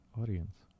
audience